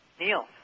Neil